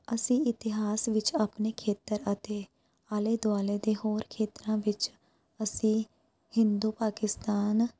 ਅਸੀਂ ਇਤਿਹਾਸ ਵਿੱਚ ਆਪਣੇ ਖੇਤਰ ਅਤੇ ਆਲੇ ਦੁਆਲੇ ਦੇ ਹੋਰ ਖੇਤਰਾਂ ਵਿੱਚ ਅਸੀਂ ਹਿੰਦੂ ਪਾਕਿਸਤਾਨ